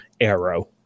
arrow